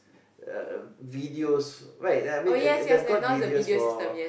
uh videos right I mean they they got videos for